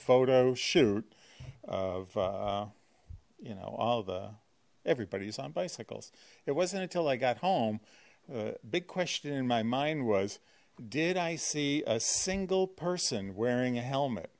photo shoot of you know all the everybody's on bicycles it wasn't until i got home a big question in my mind was did i see a single person wearing a helmet